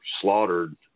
slaughtered